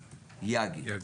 "יג"י".